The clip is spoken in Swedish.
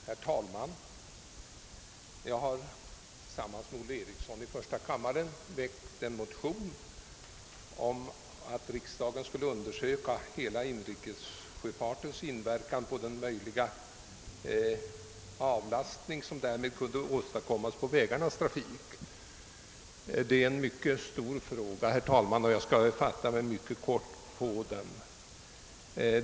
Herr talman! I ett motionspar med herr Olle Eriksson som undertecknare i första kammaren och mig i andra kammaren här hemställts att riksdagen låter statistiska centralbyrån redovisa hela inrikessjöfarten för att därigenom klarlägga om vägarna till lands kan avlastas en del trafik. Detta är en mycket stor fråga, men jag skall ändå fatta mig kort.